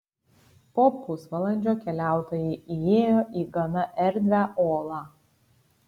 po pusvalandžio keliautojai įėjo į gana erdvią olą